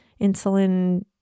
insulin